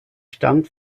stammt